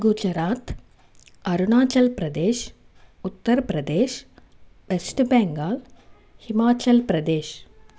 Gujarat Arunachal Pradesh Uttar Pradesh west Bengal Himachal Pradesh